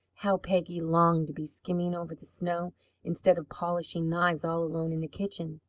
how peggy longed to be skimming over the snow instead of polishing knives all alone in the kitchen.